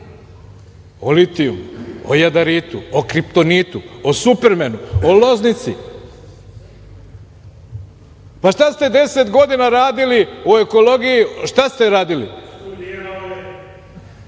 o litijumu, o jadaritu, o kriptonitu, o Supermenu, o Loznici? Pa, šta ste deset godine radili u ekologiji? Šta ste radili?